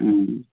ꯎꯝ